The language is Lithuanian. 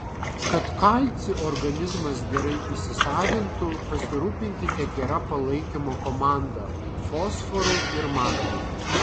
kad kalcį organizmas gerai įsisavintų pasirūpinkite gera palaikymo komanda fosforu ir magniu